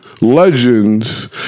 legends